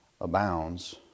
abounds